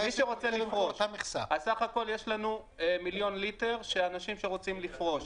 אז סך הכול יש לנו מיליון ליטר של אנשים שרוצים לפרוש,